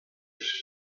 ditch